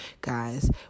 guys